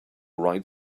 right